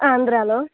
ఆంధ్రలో